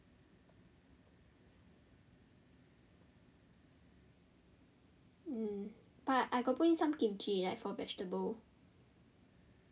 mm but I got put in some kimchi like for vegetables